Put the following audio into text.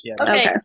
Okay